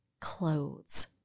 clothes